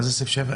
מה זה סעיף 7?